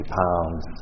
pounds